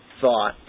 thought